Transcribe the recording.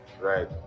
Right